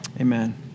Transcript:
amen